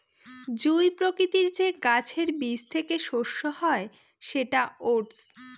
জুঁই প্রকৃতির যে গাছের বীজ থেকে শস্য হয় সেটা ওটস